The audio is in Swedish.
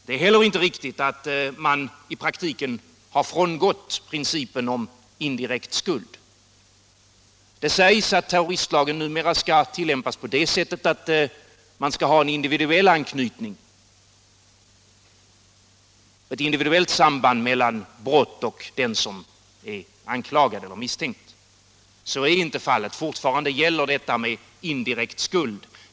Det är inte heller riktigt att man i praktiken har frångått principen om indirekt skuld. Det sägs att terroristlagen numera skall tillämpas på det sättet att man skall ha en individuell anknytning och ett individuellt samband mellan brott och anklagad eller misstänkt. Så är inte fallet. Fortfarande gäller principen om indirekt skuld.